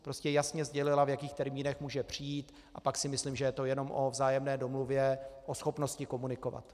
Prostě jasně sdělila, v jakých termínech může přijít, a pak si myslím, že je to jenom o vzájemné domluvě, o schopnosti komunikovat.